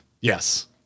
Yes